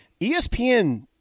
ESPN